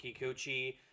Kikuchi